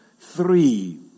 three